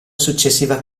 successiva